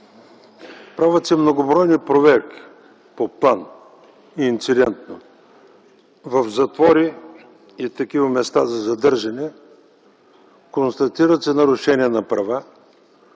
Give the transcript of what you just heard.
Правят се многобройни проверки по план и инцидентно в затвори и места за задържане. Констатират се нарушения на права.